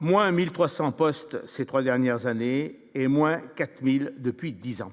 moins 1300 postes ces 3 dernières années, et moins 4000 depuis 10 ans